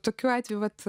tokiu atveju vat